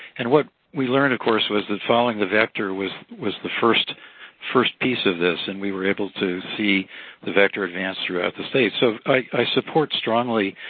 and what we learned, of course, was that following the vector was was the first first piece of this, and we were able to see the vector advance throughout the state. so, i support, strongly,